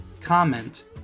comment